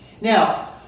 Now